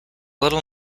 little